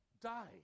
die